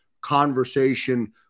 conversation